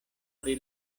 pri